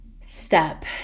step